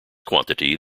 quantity